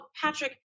Patrick